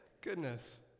Goodness